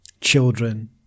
children